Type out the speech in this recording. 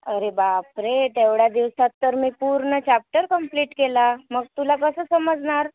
अरे बापरे तेवढ्या दिवसात तर मी पूर्ण चाप्टर कम्प्लीट केला मग तुला कसं समजणार